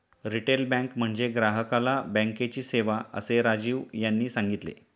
retail bank म्हणजे ग्राहकाला बँकेची सेवा, असे राजीव यांनी सांगितले